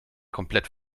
komplett